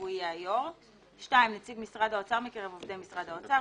והוא יהיה היושב-ראש1 נציג משרד האוצר מקרב עובדי משרד האוצר,